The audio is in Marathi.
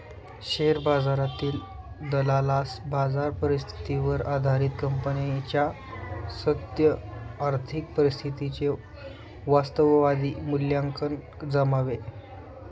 शेअर बाजारातील दलालास बाजार परिस्थितीवर आधारित कंपनीच्या सद्य आर्थिक परिस्थितीचे वास्तववादी मूल्यांकन जमावे